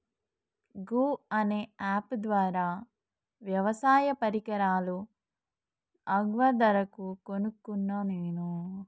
గూ అనే అప్ ద్వారా వ్యవసాయ పరికరాలు అగ్వ ధరకు కొనుకున్న నేను